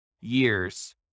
years